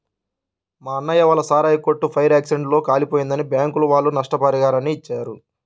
మా అన్నయ్య వాళ్ళ సారాయి కొట్టు ఫైర్ యాక్సిడెంట్ లో కాలిపోయిందని బ్యాంకుల వాళ్ళు నష్టపరిహారాన్ని ఇచ్చారు